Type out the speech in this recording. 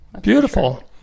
Beautiful